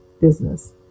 business